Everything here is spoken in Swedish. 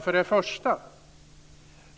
Först och